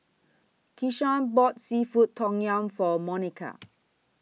Keshaun bought Seafood Tom Yum For Monika